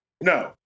No